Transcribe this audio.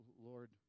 Lord